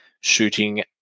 shooting